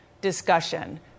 discussion